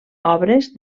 obres